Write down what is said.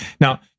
Now